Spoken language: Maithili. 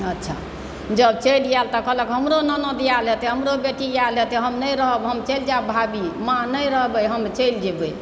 अच्छा जँ चलि आएल तऽ कहलक हमरो ननदि आएल हेतै हमरो बेटी आएल हेतै हम नहि रहब हम चलि जायब भाभी माँ नहि रहबै हम चलि जेबै